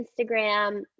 Instagram